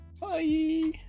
Bye